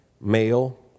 male